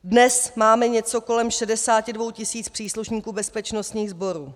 Dnes máme něco kolem 62 tisíc příslušníků bezpečnostních sborů.